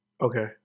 Okay